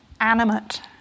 animate